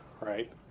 right